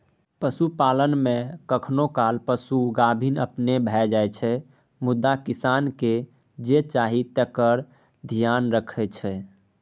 पशुपालन मे कखनो काल पशु गाभिन अपने भए जाइ छै मुदा किसानकेँ जे चाही तकर धेआन रखै छै